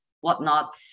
whatnot